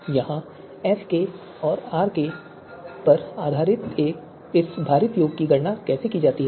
और यहां एसके और आरके पर आधारित इस भारित योग की गणना कैसे की जाती है